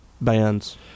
bands